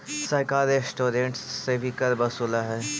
सरकार रेस्टोरेंट्स से भी कर वसूलऽ हई